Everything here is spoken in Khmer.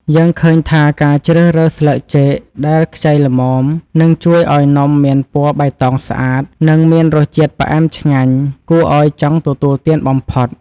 យើងឃើញថាការជ្រើសរើសស្លឹកចេកដែលខ្ចីល្មមនឹងជួយឱ្យនំមានពណ៌បៃតងស្អាត និង មានរសជាតិផ្អែមឆ្ងាញ់គួរឱ្យចង់ទទួលទានបំផុត។